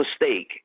mistake